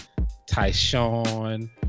Tyshawn